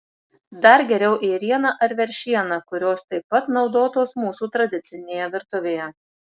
dar geriau ėriena ar veršiena kurios taip pat naudotos mūsų tradicinėje virtuvėje